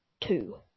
two